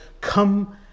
come